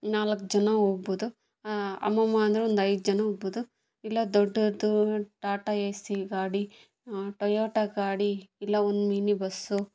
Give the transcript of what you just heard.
ನಾಲ್ಕು ಜನ ಹೋಗ್ಬೋದು ಅಮ್ಮಮ್ಮ ಅಂದ್ರೆ ಒಂದು ಐದು ಜನ ಹೋಗ್ಬೋದು ಇಲ್ಲ ದೊಡ್ಡದು ಟಾಟಾ ಎ ಸಿ ಗಾಡಿ ಟೊಯೋಟಾ ಗಾಡಿ ಇಲ್ಲ ಒಂದು ಮಿನಿ ಬಸ್ಸು